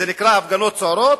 זה נקרא "הפגנות סוערות",